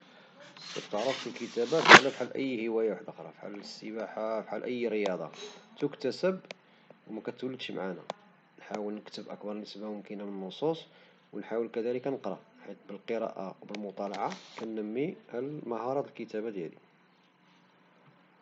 خصك نعرف بلي الكتابة بحالها بحال أي هواية أخرى بحال السباحة بحال أي رياضة، تُكتسب ومكتولدشي معنا، نحاول نكتب أكبر نسبة ممكنة من النصوص ونحاول كذلك نقرا، حيت بالقراءة والمطالعة كنمي مهارة الكتابة ديالي.